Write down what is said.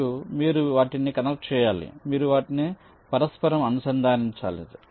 మరియు మీరు వాటిని కనెక్ట్ చేయాలి మీరు వాటిని పరస్పరం అనుసంధానించాలి